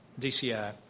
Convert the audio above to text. DCI